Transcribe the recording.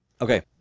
Okay